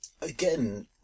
again